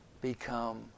become